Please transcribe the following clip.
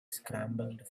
scrambled